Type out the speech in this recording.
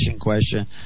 question